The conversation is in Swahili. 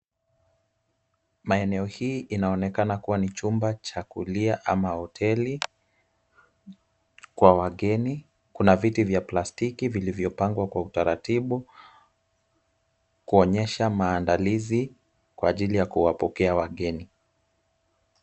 Maeneo hii inaonekana kuwa ni chumba cha kulia au hoteli kwa wageni. Kuna viti vya plastiki vilivyopangwa kwa utaratibu kuonyesha maandalizi kwa ajili ya kuwapokea wageni.